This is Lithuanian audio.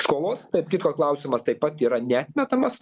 skolos tarp kitko klausimas taip pat yra neatmetamas